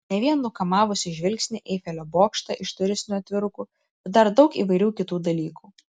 ne vien nukamavusį žvilgsnį eifelio bokštą iš turistinių atvirukų bet dar daug įvairių kitų dalykų